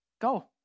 go